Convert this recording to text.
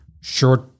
short